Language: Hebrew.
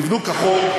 תבנו כחוק.